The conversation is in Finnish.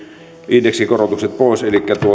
indeksikorotukset pois